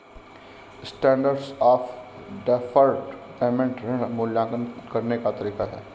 standard of deferred payment ऋण मूल्यांकन करने का तरीका है